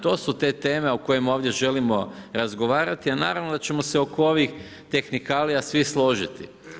To su te teme o kojima ovdje želimo razgovarati a naravno da ćemo se oko ovih tehnikalija svi složiti.